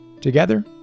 Together